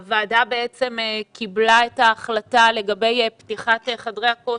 הוועדה קיבלה את ההחלטה לגבי פתיחת חדרי הכושר,